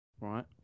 Right